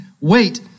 wait